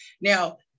Now